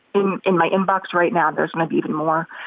in in my inbox right now, there's going to be even more.